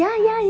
mm